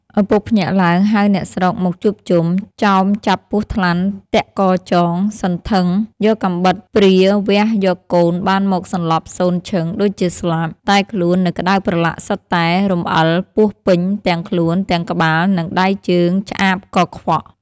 ឪពុកភ្ញាក់ឡើងហៅអ្នកស្រុកមកជួបជុំ ចោមចាប់ពស់ថ្លាន់ទាក់កចង សន្ធឹង យកកាំបិតព្រាវះយកកូនបានមកសន្លប់សូន្យឈឹងដូចជាស្លាប់ តែខ្លួននៅក្ដៅប្រឡាក់សុទ្ធតែរំអិលពស់ពេញ ទាំងខ្លួន ទាំងក្បាលនិងដៃជើងឆ្អាបកខ្វក់។